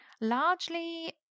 largely